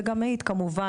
זה גם מעיד כמובן,